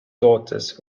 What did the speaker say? daughters